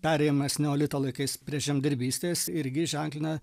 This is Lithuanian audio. perėjimas neolito laikais prie žemdirbystės irgi ženklina